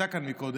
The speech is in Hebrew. שהייתה כאן קודם,